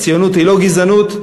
הציונות היא לא גזענות,